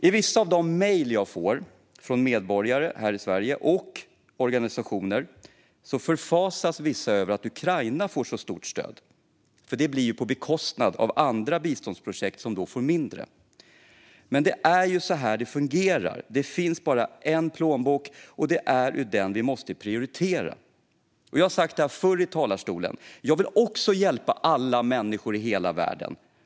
I vissa av de mejl jag får från medborgare här i Sverige och organisationer förfasas vissa över att Ukraina får så stort stöd. Det blir på bekostnad av andra biståndsprojekt, som då får mindre. Men det är så här det fungerar. Det finns bara en plånbok, och det är utifrån den vi måste prioritera. Jag har sagt detta förr i talarstolen: Jag vill också hjälpa alla människor i hela världen.